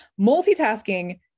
Multitasking